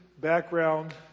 background